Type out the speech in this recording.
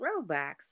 throwbacks